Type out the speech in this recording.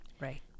right